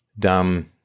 dumb